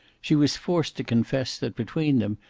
she was forced to confess that, between them,